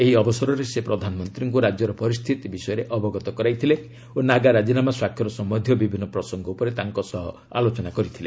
ଏହି ଅବସରରେ ସେ ପ୍ରଧାନମନ୍ତ୍ରୀଙ୍କୁ ରାଜ୍ୟର ପରିସ୍ଥିତି ବିଷୟରେ ଅବଗତ କରାଇଥିଲେ ଓ ନାଗା ରାଜିନାମା ସ୍ୱାକ୍ଷର ସମ୍ଭନ୍ଧୀୟ ବିଭିନ୍ନ ପ୍ରସଙ୍ଗ ଉପରେ ତାଙ୍କ ସହ ଆଲୋଚନା କରିଥିଲେ